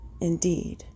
Indeed